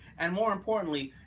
and more importantly,